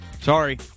Sorry